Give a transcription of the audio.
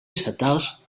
estatals